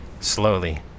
Slowly